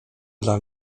dla